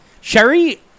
Sherry